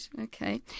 Okay